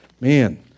Man